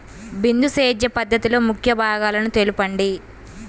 బిందు సేద్య పద్ధతిలో ముఖ్య భాగాలను తెలుపండి?